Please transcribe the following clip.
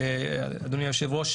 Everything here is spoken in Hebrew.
אדוני היושב-ראש,